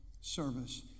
service